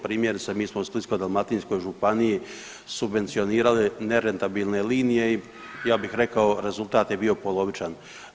Primjerice mi smo u Splitsko-dalmatinskoj županiji subvencionirali nerentabilne linije i ja bih rekao rezultat je bio polovičan.